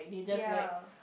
ya